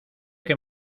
que